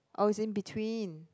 oh is in between